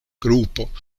grupo